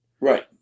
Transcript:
Right